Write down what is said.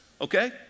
Okay